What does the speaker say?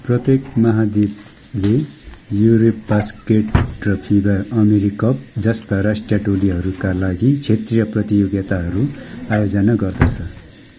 प्रत्येक महाद्वीपले युरोबास्केट र फिबा अमेरिकप जस्ता राष्ट्रिय टोलीहरूका लागि क्षेत्रीय प्रतियोगिताहरू आयोजना गर्दछ